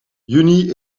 juni